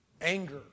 anger